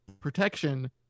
protection